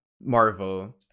Marvel